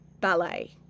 ballet